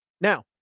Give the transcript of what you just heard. Now